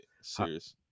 serious